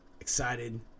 Excited